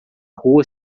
rua